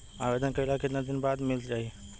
आवेदन कइला के कितना दिन बाद मिल जाई?